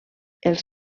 els